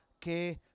que